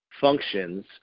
functions